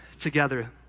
together